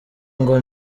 ngo